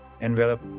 envelop